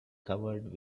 covered